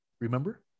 Remember